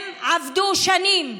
הם עבדו שנים,